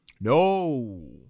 No